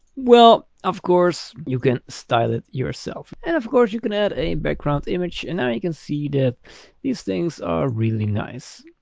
well, of course you can style it yourself. and of course you can add a background image and now you can see that these things are really nice.